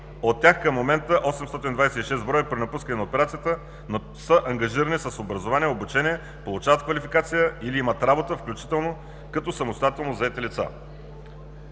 От тях към момента 826 броя при напускане на операцията са ангажирани с образование, обучение, получават квалификация или имат работа, включително като самостоятелно заети лица.